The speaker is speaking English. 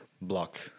block